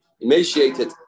emaciated